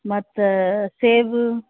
ಮತ್ತು ಸೇಬು